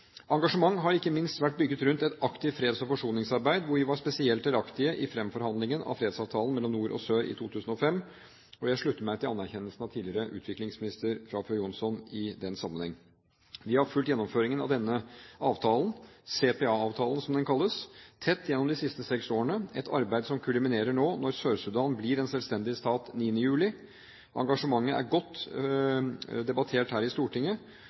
har ikke minst vært bygd rundt et aktivt freds- og forsoningsarbeid, hvor vi var spesielt delaktige i fremforhandlingen av fredsavtalen mellom nord og sør i 2005. Jeg slutter meg til anerkjennelsen av tidligere utviklingsminister Frafjord Johnson i den sammenheng. Vi har fulgt gjennomføringen av denne avtalen, CPA-avtalen som den kalles, tett gjennom de siste seks årene – et arbeid som kulminerer nå når Sør-Sudan blir en selvstendig stat 9. juli. Engasjementet er godt debattert her i Stortinget